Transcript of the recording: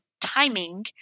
timing